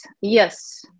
yes